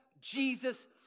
Jesus